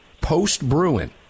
post-Bruin